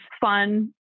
fun